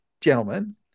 gentlemen